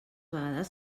vegades